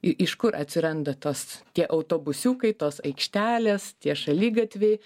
i iš kur atsiranda tos tie autobusiukai tos aikštelės tie šaligatviai